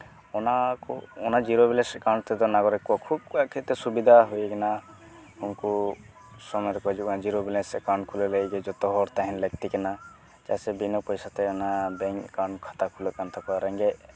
ᱚᱱᱟ ᱠᱚ ᱚᱱᱟ ᱡᱤᱨᱳ ᱵᱮᱞᱮᱱᱥ ᱮᱠᱟᱣᱩᱱᱴ ᱛᱮᱫᱚ ᱱᱟᱜᱚᱨᱤᱠ ᱠᱚᱣᱟᱜ ᱠᱷᱩᱵ ᱚᱠᱚᱭ ᱠᱚᱣᱟᱜ ᱠᱷᱮᱛᱨᱮ ᱥᱩᱵᱤᱫᱷᱟ ᱦᱩᱭ ᱠᱟᱱᱟ ᱩᱱᱠᱩ ᱥᱚᱢᱚᱭ ᱨᱮᱠᱚ ᱦᱤᱡᱩᱜ ᱠᱟᱱᱟ ᱡᱤᱨᱳ ᱵᱮᱞᱮᱱᱥ ᱮᱠᱟᱣᱩᱱᱴ ᱠᱷᱩᱞᱟᱹᱣ ᱞᱟᱹᱜᱤᱫ ᱠᱚ ᱡᱚᱛᱚ ᱦᱚᱲ ᱛᱟᱦᱮᱱ ᱞᱟᱹᱠᱛᱤ ᱠᱟᱱᱟ ᱪᱮᱫᱟᱜ ᱥᱮ ᱵᱤᱱᱟᱹ ᱯᱚᱭᱟᱛᱮ ᱚᱱᱟ ᱵᱮᱝᱠ ᱮᱠᱟᱣᱩᱱᱴ ᱠᱷᱟᱛᱟ ᱠᱷᱩᱞᱟᱹᱜ ᱠᱟᱱ ᱛᱟᱠᱚᱣᱟ ᱨᱮᱸᱜᱮᱡ